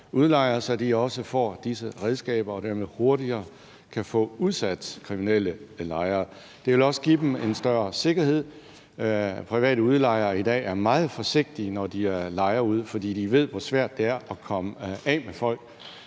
så de også får disse redskaber og dermed hurtigere kan få udsat kriminelle lejere. Det vil også give dem en større sikkerhed. Private udlejere i dag er meget forsigtige, når de lejer ud, fordi de ved, hvor svært det er at komme af med folk.